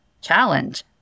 challenge